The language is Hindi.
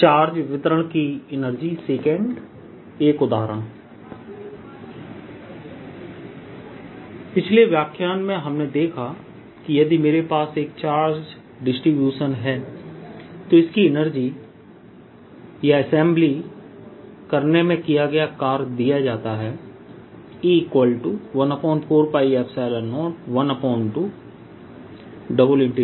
चार्ज वितरण की एनर्जी II एक उदाहरण पिछले व्याख्यान में हमने देखा कि यदि मेरे पास एक चार्ज डिस्ट्रीब्यूशन है तो इसकी एनर्जी या असेंबली करने में किया गया कार्य दिया जाता है E14π012∬rρr